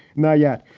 not yet.